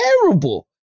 terrible